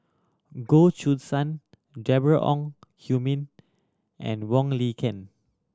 Goh Choo San Deborah Ong Hui Min and Wong Lin Ken